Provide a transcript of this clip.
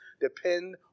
depend